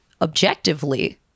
objectively